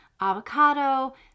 avocado